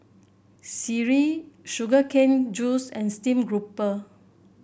sireh Sugar Cane Juice and stream grouper